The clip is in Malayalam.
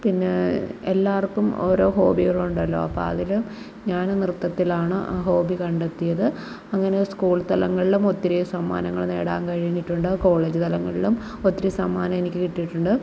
പിന്നെ എല്ലാവർക്കും ഓരോ ഹോബികളുണ്ടല്ലോ അപ്പോൾ അതിൽ ഞാനും നൃർത്തത്തിലാണ് ആ ഹോബി കണ്ടെത്തിയത് അങ്ങനെ സ്കൂൾ തലങ്ങളിലും ഒത്തിരി സമ്മാനങ്ങൾ നേടാൻ കഴിഞ്ഞിട്ടുണ്ട് കോളേജ് തലങ്ങളിലും ഒത്തിരി സമ്മാനം എനിക്ക് കിട്ടിയിട്ടുണ്ട്